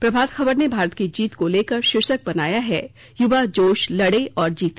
प्रभात खबर ने भारत की जीत को लेकर शीर्षक बनाया है युवा जोश लड़े और जीते